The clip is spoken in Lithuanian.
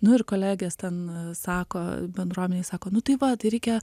nu ir kolegės ten sako bendruomenei sako nu tai va tai reikia